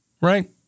right